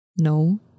No